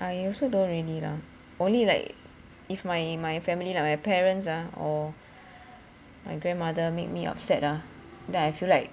I also don't really lah only like if my my family like my parents ah or my grandmother make me upset ah then I feel like